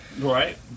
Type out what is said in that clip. Right